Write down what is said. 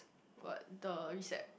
but the receipt